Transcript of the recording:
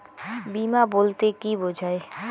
বিমা বলতে কি বোঝায়?